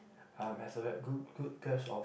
um has a good good grasp of